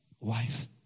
wife